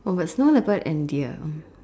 oh but snow leopard and deer oh